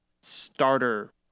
starter